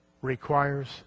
requires